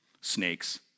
snakes